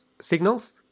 signals